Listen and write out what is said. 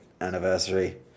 anniversary